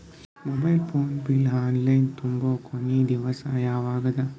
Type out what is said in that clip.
Mobile phone bill online ತುಂಬೊ ಕೊನಿ ದಿವಸ ಯಾವಗದ?